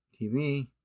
TV